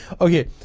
Okay